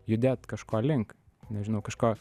judėt kažko link nežinau kažko